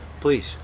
please